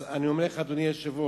אז אני אומר לך, אדוני היושב-ראש: